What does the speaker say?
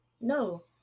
No